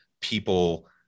people